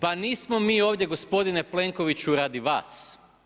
Pa nismo mi ovdje gospodine Plenkoviću radi vas.